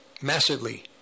massively